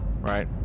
right